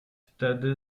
tedy